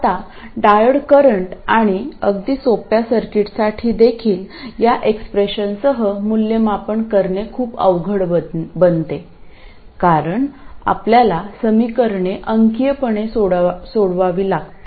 आता diode current आणि अगदी सोप्या सर्किटसाठी देखील या एक्सप्रेशनसह मूल्यमापन करणे खूप अवघड बनते कारण आपल्याला समीकरणे अंकीयपणे सोडवावी लागतील